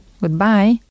Goodbye